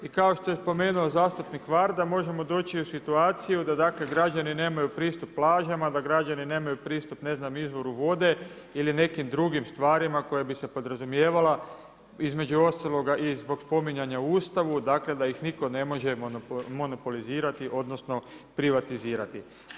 I kao što je spomenuo zastupnik Varda možemo doći u situaciju, da dakle građani nemaju pristup plažama, da građani nemaju pristup ne znam izvoru vode ili nekim drugim stvarima koja bi se podrazumijevala između ostaloga i zbog spominjanja u Ustavu, dakle da ih nitko ne može monopolizirati, odnosno privatizirati.